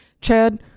Chad